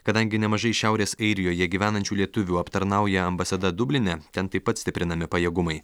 kadangi nemažai šiaurės airijoje gyvenančių lietuvių aptarnauja ambasada dubline ten taip pat stiprinami pajėgumai